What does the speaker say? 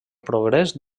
progrés